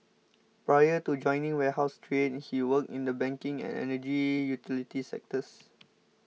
prior to joining wholesale trade he worked in the banking and energy utilities sectors